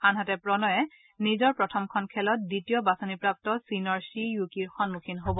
আনহাতে প্ৰণয়ে নিজৰ প্ৰথমখন খেলত দ্বিতীয় বাছনিপ্ৰাপ্ত চীনৰ শ্বি য়ুকিৰ সন্মুখীন হ'ব